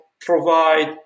provide